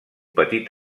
petit